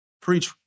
Preach